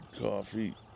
coffee